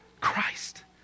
Christ